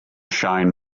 shine